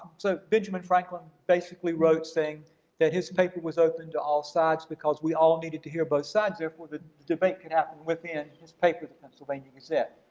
so benjamin franklin basically wrote saying that his paper was open to all sides because we all needed to hear both sides, therefore the debate could happen within his paper, the pennsylvania gazette.